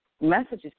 messages